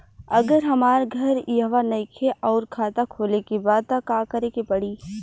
अगर हमार घर इहवा नईखे आउर खाता खोले के बा त का करे के पड़ी?